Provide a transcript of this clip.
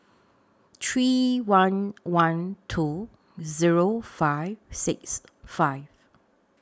three one one two Zero five six five